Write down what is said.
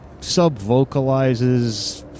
sub-vocalizes